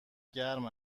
گرم